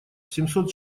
семьсот